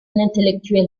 intellectuel